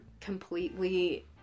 completely